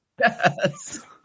Yes